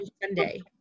Sunday